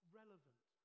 relevant